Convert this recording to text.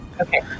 Okay